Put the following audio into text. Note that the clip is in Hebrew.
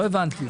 לא הבנתי.